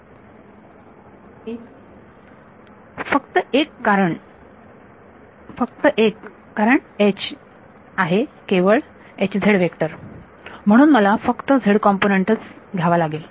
विद्यार्थी एक फक्त एक कारण आहे केवळ व्हेक्टर म्हणून मला फक्त z कॉम्पोनन्ट च हा घ्यावा लागेल